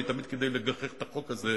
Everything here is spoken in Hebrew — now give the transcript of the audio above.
אני תמיד, כדי לגחך את החוק הזה,